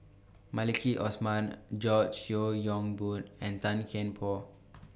Maliki Osman George Yeo Yong Boon and Tan Kian Por